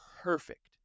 perfect